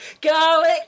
Garlic